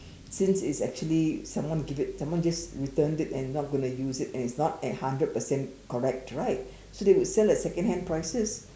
since it's actually someone give it someone just returned it and not going to use it and is not at hundred percent correct right so they would sell at second hand prices